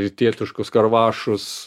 rytietiškus karvašus